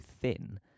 thin